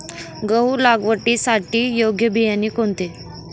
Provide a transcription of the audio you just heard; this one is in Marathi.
गहू लागवडीसाठी योग्य बियाणे कोणते?